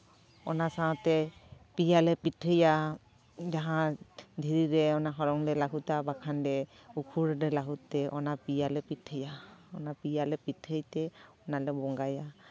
ᱚᱱᱟ ᱥᱟᱶᱛᱮ ᱯᱮᱭᱟᱞᱮ ᱯᱤᱴᱷᱟᱹᱭᱟ ᱡᱟᱦᱟᱸ ᱫᱷᱤᱨᱤ ᱨᱮ ᱚᱱᱟ ᱦᱚᱞᱚᱝ ᱞᱮ ᱞᱟᱹᱦᱩᱫᱟ ᱵᱟᱠᱷᱟᱱ ᱞᱮ ᱩᱠᱷᱩᱲ ᱨᱮᱞᱮ ᱞᱟᱹᱦᱩᱫ ᱛᱮ ᱚᱱᱟ ᱯᱮᱭᱟᱞᱮ ᱯᱤᱴᱷᱟᱹᱭᱟ ᱚᱱᱟ ᱯᱮᱭᱟᱞᱮ ᱯᱤᱴᱷᱟᱹᱭᱛᱮ ᱚᱱᱟᱞᱮ ᱵᱚᱸᱜᱟᱭᱟ